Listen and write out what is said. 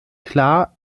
klar